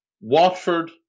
Watford